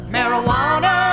Marijuana